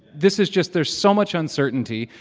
this is just there's so much uncertainty.